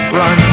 run